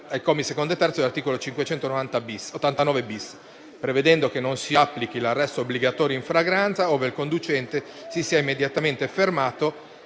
ai commi secondo e terzo dell'articolo 589-*bis*, prevedendo che non si applichi l'arresto obbligatorio in flagranza ove il conducente si sia immediatamente fermato